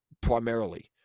primarily